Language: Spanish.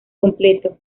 completo